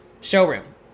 showroom